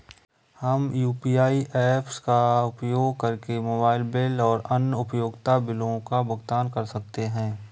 हम UPI apps का उपयोग करके मोबाइल बिल और अन्य उपयोगिता बिलों का भुगतान कर सकते हैं